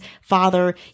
father